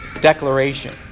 declaration